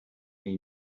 can